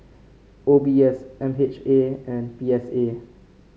O B S M H A and P S A